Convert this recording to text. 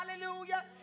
Hallelujah